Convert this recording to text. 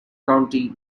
county